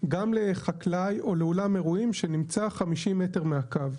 גם לחקלאי או לאולם אירועים שנמצא 50 מטר מהקו.